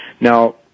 Now